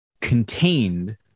contained